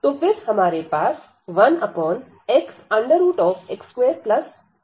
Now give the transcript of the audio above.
तो फिर हमारे पास 1xx21 हैं